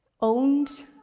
owned